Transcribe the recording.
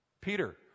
Peter